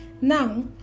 Now